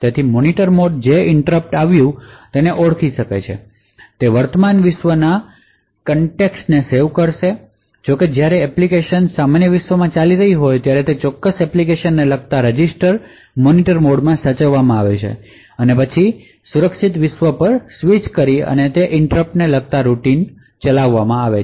તેથી મોનિટરમોડજે ઇન્ટૃરપટ આવ્યું છે તે ઓળખી શકશે તે વર્તમાન વિશ્વના કનટેક્સ્ટને સેવ કરશે જો કે જ્યારે એપ્લિકેશન સામાન્ય વિશ્વમાં ચાલી રહી હોય ત્યારે તે ચોક્કસ એપ્લિકેશનને લગતા રજિસ્ટર મોનિટરમોડમાં સાચવવામાં આવે છે અને પછી સુરક્ષિત વિશ્વ પર સ્વિચ કરી અને તે ઇન્ટૃપટને લગતી રૂટીનને પછી ચલાવવામાં આવશે